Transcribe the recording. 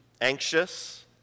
Anxious